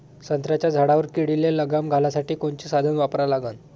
संत्र्याच्या झाडावर किडीले लगाम घालासाठी कोनचे साधनं वापरा लागन?